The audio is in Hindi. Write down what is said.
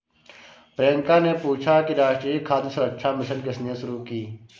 प्रियंका ने पूछा कि राष्ट्रीय खाद्य सुरक्षा मिशन किसने शुरू की?